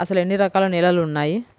అసలు ఎన్ని రకాల నేలలు వున్నాయి?